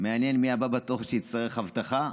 מעניין מי הבא בתור שיצטרך אבטחה.